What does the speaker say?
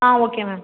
ah okay ma'am